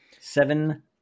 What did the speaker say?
Seven